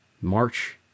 March